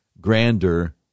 grander